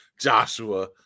Joshua